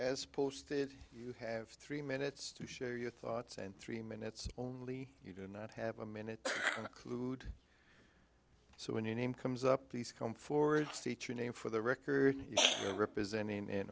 as posted you have three minutes to share your thoughts and three minutes only you do not have a minute clued so in your name comes up these come forward state your name for the record of representing an